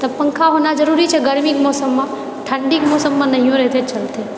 तऽ पङ्खा होना जरूरी छै गर्मीके मौसममे ठण्डीके मौसममे नहियो रहतै तऽ चलतै